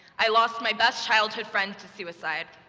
i lost my best childhood friend to suicide.